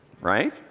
Right